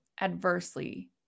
adversely